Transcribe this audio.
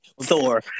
thor